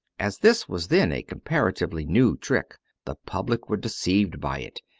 as this was then a comparatively new trick the public were deceived by it,